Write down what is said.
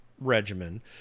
regimen